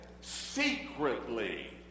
Secretly